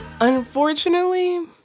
Unfortunately